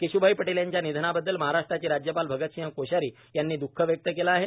केश्भाई पटेल यांच्या निधनाबद्दल महाराष्ट्राचे राज्यपाल अगतसिंह कोश्यारी यांनी द्ःख व्यक्त केले आहे